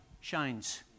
shines